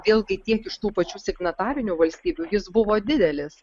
vėlgi tiek iš tų pačių signatarių valstybių jis buvo didelis